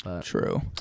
true